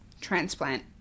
transplant